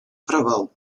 провал